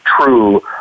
true